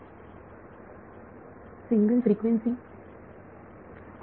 विद्यार्थी single frequency Refer Time 1025